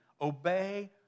obey